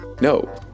No